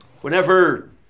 whenever